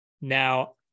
now